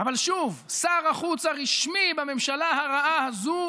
אבל שוב, שר החוץ הרשמי בממשלה הרעה הזו